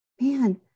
man